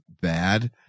bad